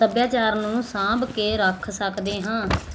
ਸੱਭਿਆਚਾਰ ਨੂੰ ਸਾਂਭ ਕੇ ਰੱਖ ਸਕਦੇ ਹਾਂ